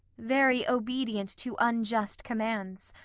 very obedient to unjust commands,